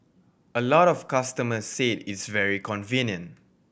a lot of customers said it's very convenient